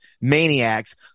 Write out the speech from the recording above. maniacs